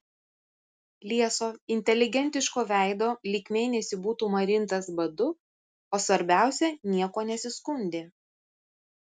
lieso inteligentiško veido lyg mėnesį būtų marintas badu o svarbiausia niekuo nesiskundė